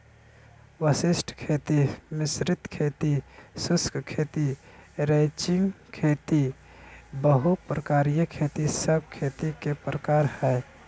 वशिष्ट खेती, मिश्रित खेती, शुष्क खेती, रैचिंग खेती, बहु प्रकारिय खेती सब खेती के प्रकार हय